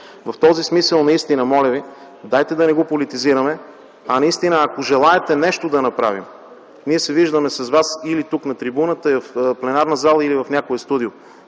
В този смисъл, моля Ви, дайте да не го политизираме, а ако желаете нещо да направим, ние се виждаме с Вас или тук на трибуната, в пленарна зала или в някое студио.